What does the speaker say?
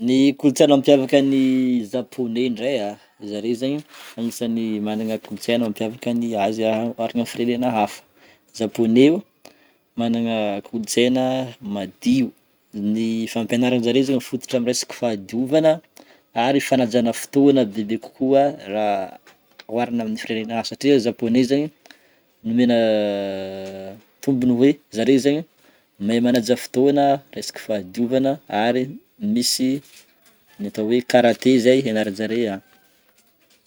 Ny kolontsaina mampiavaka ny Zaponey ndray a, zare zegny agnisan'ny magnana kolontsaina mampiavaka ny azy raha oharina amin'ny firenena hafa. Zaponey o magnana kolontsaina madio, ny fampianaran-jare zegny mifototra amin'ny resaka fahadiovana ary fanajana fotoana bebe kokoa raha oharina amin'ny firenena hafa satria Zaponey zegny nomena tombony hoe zare zegny mahay manaja fotoana, resaka fahadiovana ary misy ny atao hoe karaté zay hianaran'jare any.